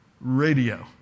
radio